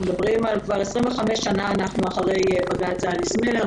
אנחנו כבר 25 שנים אחרי בג"ץ אליס מילר.